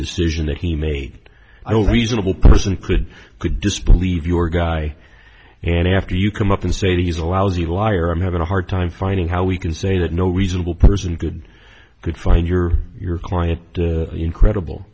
decision that he made i will reasonable person could could disbelieve your guy and after you come up and say the is a lousy liar i'm having a hard time finding how we can say that no reasonable person could could find your your client incredible